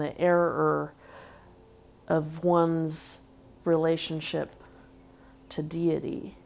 the error of one's relationship to deity